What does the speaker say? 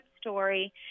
story